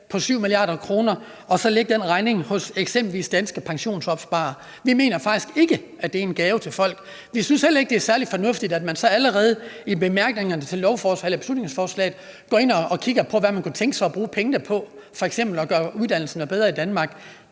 på 7 mia. kr. og så lægge regningen hos eksempelvis danske pensionsopsparere. Vi mener faktisk ikke, det er en gave til folk. Vi synes heller ikke, det er særlig fornuftigt, at man så allerede i bemærkningerne til beslutningsforslaget går ind og kigger på, hvad man kunne tænke sig at bruge pengene til, f.eks. at gøre uddannelserne bedre i Danmark.